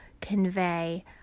convey